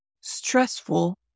stressful